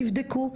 תבדקו,